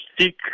seek